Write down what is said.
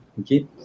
okay